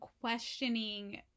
questioning